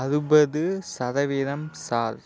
அறுபது சதவீதம் சார்